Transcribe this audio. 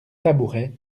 tabouret